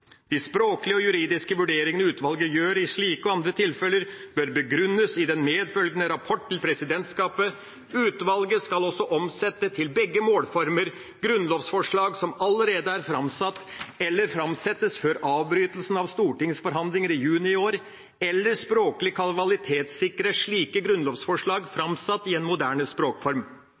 De språklige og juridiske vurderingene utvalget gjør i slike og andre tilfeller, bør begrunnes i den medfølgende rapporten til presidentskapet. Utvalget skal også omsette, til begge målformer, grunnlovsforslag som allerede er fremsatt eller fremsettes før avbrytelsen av Stortingets forhandlinger i juni i år, eller språklig kvalitetssikre slike grunnlovsforslag fremsatt i en moderne språkform.